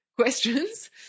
questions